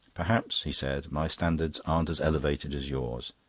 perhaps, he said, my standards aren't as elevated as yours.